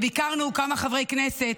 ביקרנו, כמה חברי כנסת,